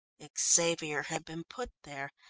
xavier had been put there,